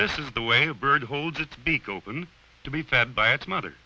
this is the way a bird holds its beak open to be fed by its mother